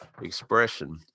Expression